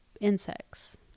insects